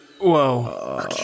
Whoa